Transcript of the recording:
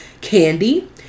candy